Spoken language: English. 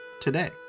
today